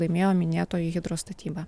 laimėjo minėtoji hidrostatyba